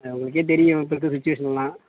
ஆ உங்களுக்கே தெரியும் இப்போ இருக்க சுச்சுவேஷன்லாம்